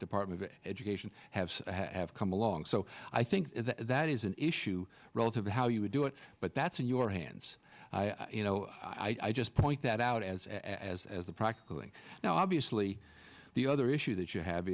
department of education has have come along so i think that that is an issue relative to how you would do it but that's in your hands you know i just point that out as as as a practical thing now obviously the other issue that you have